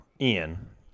Ian